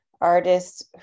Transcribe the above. artists